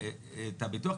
את הביטוח.